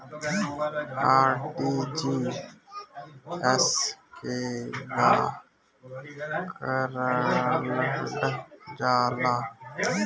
RTGS केगा करलऽ जाला?